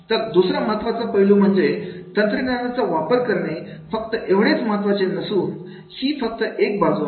तर दुसरा महत्त्वाचा पैलू म्हणजे तंत्रज्ञानाचा वापर करणे फक्त एवढेच महत्त्वाचे नसून ही फक्त एक बाजू आहे